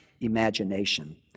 imagination